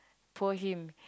poor him